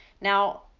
Now